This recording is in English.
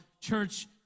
Church